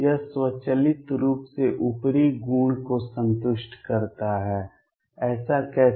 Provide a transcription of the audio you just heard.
यह स्वचालित रूप से ऊपरी गुण को संतुष्ट करता है ऐसा कैसे